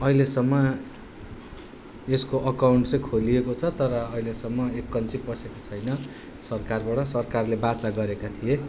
अहिलेसम्म यसको अकाउन्ट चाहिँ खोलिएको छ तर अहिलेसम्म एककन्ची पसेको छैन सरकारबाट सरकारले बाचा गरेका थिए